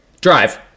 Drive